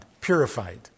Purified